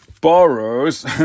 borrows